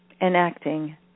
enacting